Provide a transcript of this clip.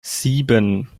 sieben